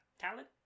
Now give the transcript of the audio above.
Talent